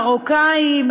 מרוקאים,